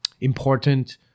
important